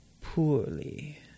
poorly